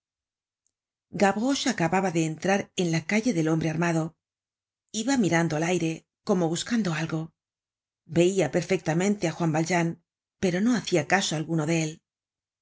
gavroche acababa de entrar en la calle del hombre armado iba mirando al aire como buscando algo veia perfectamente á juan valjean pero no hacia caso alguno de él